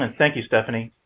ah thank you, stephanie.